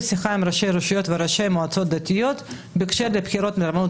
בשיחה עם ראשי רשויות וראשי מועצות דתיות בהקשר לבחירות לרבנות